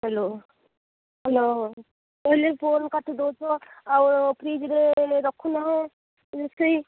hello hello ମୁଁ କହିଲି phone କାଟି ଦେଉଛ ଆଉ ଫ୍ରୀଜରେ ରଖୁନ କୁଲଫି